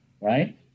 right